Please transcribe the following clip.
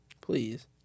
Please